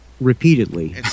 repeatedly